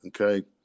okay